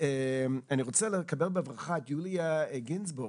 אני רוצה לקבל בברכה את יוליה גינזבורג,